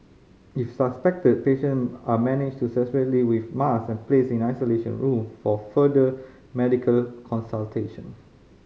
if suspected patient are managed to separately with mask and placed in isolation room for further medical consultation